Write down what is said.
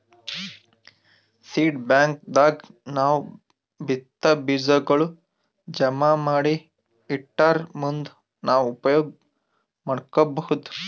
seed bank ದಾಗ್ ನಾವ್ ಬಿತ್ತಾ ಬೀಜಾಗೋಳ್ ಜಮಾ ಮಾಡಿ ಇಟ್ಟರ್ ಮುಂದ್ ನಾವ್ ಉಪಯೋಗ್ ಮಾಡ್ಕೊಬಹುದ್